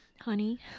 honey